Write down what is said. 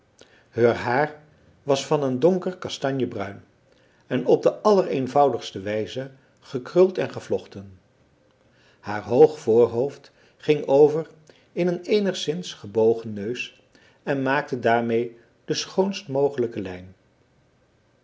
heur haar was van een donker kastanjebruin en op de allereenvoudigste wijze gekruld en gevlochten haar hoog voorhoofd ging over in een eenigszins gebogen neus en maakte daarmee de schoonst mogelijke lijn